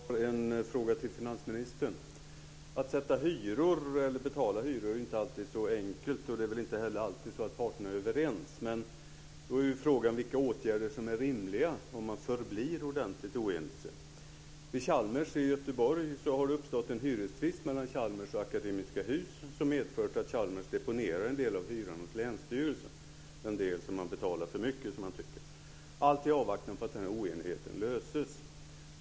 Fru talman! Jag har en fråga till finansministern. Att sätta hyror eller betala hyror är inte alltid så enkelt, och det är väl inte heller alltid så att parterna är överens. Då är ju frågan vilka åtgärder som är rimliga om man förblir ordentligt oense. Vid Chalmers i Göteborg har det uppstått en hyrestvist mellan Chalmers och Akademiska Hus som medfört att Chalmers deponerar en del av hyran hos länsstyrelsen, den del som man tycker att man betalar för mycket, i avvaktan på att den här oenigheten löses.